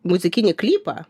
muzikinį klipą